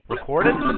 recorded